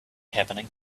happening